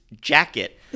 jacket